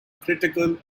critical